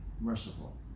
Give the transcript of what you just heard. merciful